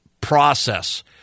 process